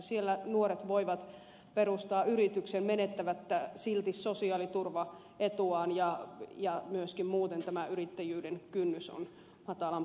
siellä nuoret voivat perustaa yrityksen menettämättä silti sosiaaliturvaetuaan ja myöskin muuten tämä yrittäjyyden kynnys on matalampi